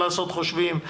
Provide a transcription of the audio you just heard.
לעשות חושבים,